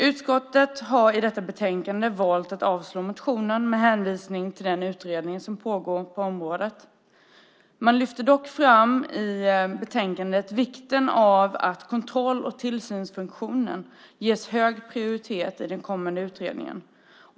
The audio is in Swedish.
Utskottet har i detta betänkande valt att avstyrka alla motioner med hänvisning till den utredning som pågår på området men lyfter dock fram vikten av att kontroll och tillsynsfunktionen ges hög prioritet i den kommande utredningen.